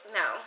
no